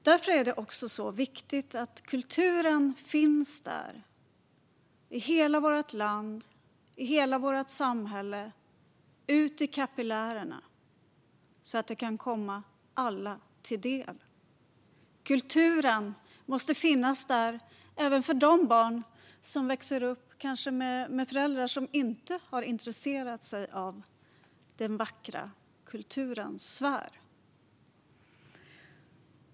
Därför är det mycket viktigt att kulturen finns där i hela vårt land och i hela vårt samhälle - ute i kapillärerna - så att den kan komma alla till del. Kulturen måste finnas där även för de barn som växer upp med föräldrar som inte har intresserat sig för kulturens vackra sfär.